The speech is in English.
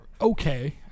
okay